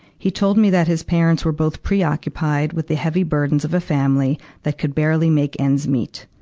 he told me that his parents were both preoccupied with the heavy burdens of a family that could barely make ends meet.